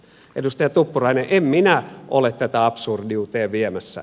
edustaja tuppurainen en minä ole tätä absurdiuteen viemässä